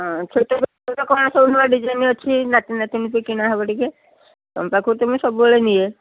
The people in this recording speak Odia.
ହଁ ଛୋଟ ଛୋଟ କ'ଣ ସବୁ ନୂଆ ଡିଜାଇନ୍ ଅଛି ନାତି ନାତୁଣୀ ପାଇଁ କିଣା ହେବ ଟିକେ ତମ ପାଖରୁ ସବୁବେଳେ ନିଏ